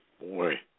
boy